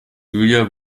julia